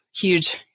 huge